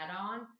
on